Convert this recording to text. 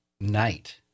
night